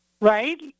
Right